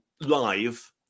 live